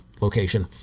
location